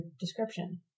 description